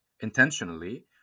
intentionally